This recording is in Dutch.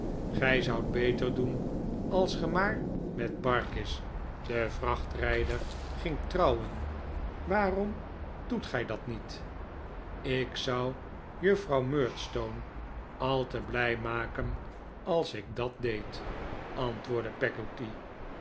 gij zoudt beter doen als ge maar met barkis den vrachtrijder gingt trouwen waarom doet gij dat niet ik zou juffrouw murdstone al te blij maken als ik dat deed antwoordde